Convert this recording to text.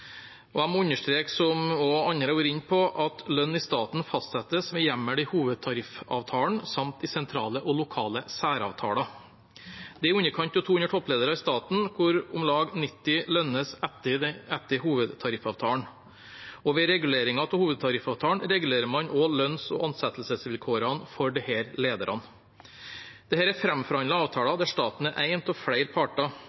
Jeg må understreke, som også andre har vært inne på, at lønn i staten fastsettes med hjemmel i hovedtariffavtalen samt i sentrale og lokale særavtaler. Det er i underkant av 200 toppledere i staten hvor om lag 90 lønnes etter hovedtariffavtalen. Ved reguleringer av hovedtariffavtalen regulerer man også lønns- og ansettelsesvilkårene for disse lederne. Dette er framforhandlede avtaler